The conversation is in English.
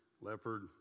leopard